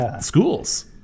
schools